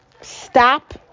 stop